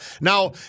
Now